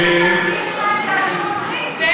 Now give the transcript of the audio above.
זאת לא הייתה שאלתי.